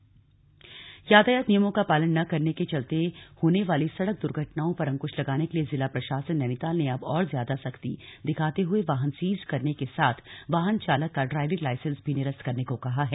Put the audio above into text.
यातायात समीक्षा बैठक यातायात नियमों का पालन न करने के चलते होने वाली सड़क द्र्घटनाओं पर अंकृश लगाने के लिए जिला प्रशासन नैनीताल ने अब और ज्यादा सख्ती दिखाते हुए वाहन सीज करने के साथ वाहन चालक का ड्राइविंग लाईसेंस भी निरस्त करने को कहा है